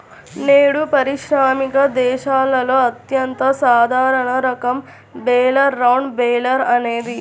నేడు పారిశ్రామిక దేశాలలో అత్యంత సాధారణ రకం బేలర్ రౌండ్ బేలర్ అనేది